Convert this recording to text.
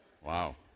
Wow